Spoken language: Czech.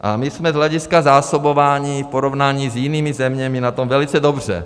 A my jsme z hlediska zásobování v porovnání s jinými zeměmi na tom velice dobře.